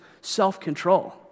self-control